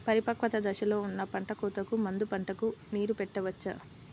పరిపక్వత దశలో ఉన్న పంట కోతకు ముందు పంటకు నీరు పెట్టవచ్చా?